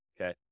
Okay